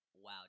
Wow